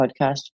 podcast